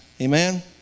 amen